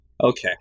Okay